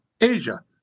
Asia